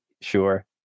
Sure